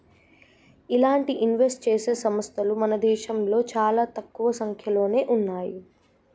ఇలాంటి ఇన్వెస్ట్ చేసే సంస్తలు మన దేశంలో చానా తక్కువ సంక్యలోనే ఉన్నయ్యి